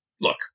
look